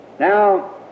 Now